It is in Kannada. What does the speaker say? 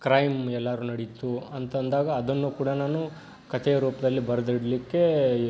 ಕ್ರೈಮ್ ಎಲ್ಲಾದ್ರು ನಡೀತು ಅಂತಂದಾಗ ಅದನ್ನು ಕೂಡ ನಾನು ಕಥೆಯ ರೂಪದಲ್ಲಿ ಬರ್ದಿಡಲಿಕ್ಕೆ